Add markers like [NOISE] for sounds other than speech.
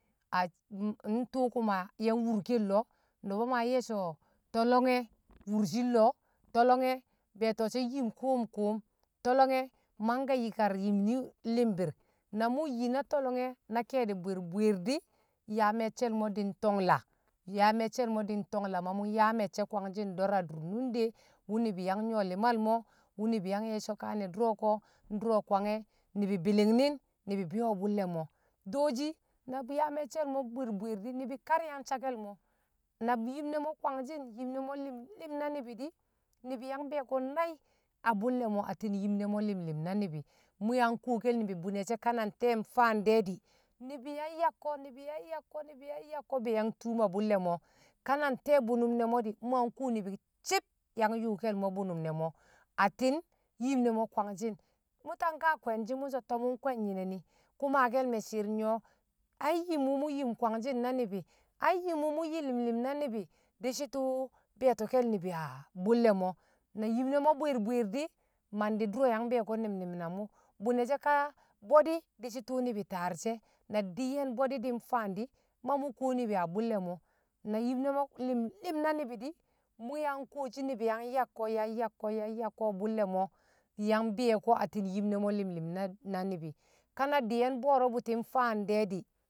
[HESITATION] ntṵṵ [UNINTELLIGIBLE] yang wur kel loo nṵba maa nye̱ so tolonge̱ wurshin nloo, tolonge̱ be̱e̱to shi̱ nyim kṵṵm- kṵṵm, tolonge̱ mangke̱ yi̱kar yim [UNINTELLIGIBLE] li̱mbi̱r, na mṵ nyi na tolonge̱ na ke̱e̱di̱ bwi̱r- bwi̱r di̱, yaa me̱cce̱l di̱ ntongla mṵ ma yaa me̱cce̱ kwangshi̱n dor a dur nunde wṵ ni̱bi̱ yang nyo li̱mal mo wṵ ni̱bi̱ yang ye̱shi̱ so kaa ne̱ dṵro ko ndṵro kwange̱, ni̱bi̱ bi̱li̱ngni̱ng ni̱bi̱ bi̱yo a bṵlle̱ mo dooshi na bi̱ yaa me̱cce̱ mo bwi̱r- bwi̱r di̱ ni̱bi̱ kar yang sakke̱l mo, na yim ne̱ mo kwangshi̱n yim ne mo li̱mli̱m na ni̱bi̱ di̱ ni̱bi̱ yang bi̱yoko nai̱ a bṵlle̱ mo atti̱n yim ne̱ mo limlim na ni̱bi̱, mṵ yang kuwoke ni̱bi̱ bṵne̱ ka ntee nFaan de̱ di̱, nibi yang yakko, nib yang yakko ni̱bi̱ yang yakko be̱ yang tuum a bṵlle̱ mo kana nte̱e̱ bṵnṵm ne̱ mo di mṵ yang kuwo nibi shi̱b yang yuukel mo bṵnṵm ne̱ mo atti̱n yim ne̱ mo kwangshi̱n mu̱ tanka kwe̱nshi̱ mṵsho mṵ kwe̱n nyi̱ne̱ ni ku maake̱l me̱ shir nyi̱ o ai yim wṵ mṵ yim kwangshi̱n na mbi̱ ai yim wṵ mṵ yi li̱m li̱m na ni̱bi̱ di̱shi̱ tṵṵ bi̱yoti̱ke̱l ni̱bi̱ a bṵlle̱ mo, na yim ne mo bwi̱r bwi̱r di̱ mandi̱ dṵro yang bi̱yoko nem- nem na mṵ bṵne̱ ka bwe̱di̱ di̱shi̱ tṵṵ ni̱bi̱ taar she̱, na di̱ye̱n bwe̱di̱ di̱ nFaan di̱ ma mṵ kuwo ni̱bi̱ a bṵlle̱ mo, na yim ne̱ mo li̱mli̱m na ni̱bi̱ mu yang koshi, nibi yang yakko, yang yakko a bṵlle̱ mo yang biyoko atti̱n yim ne̱ mo li̱mli̱m na ni̱bi̱, ka na di̱ye̱n booro bṵti̱ nFaan de̱ di̱